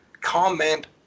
comment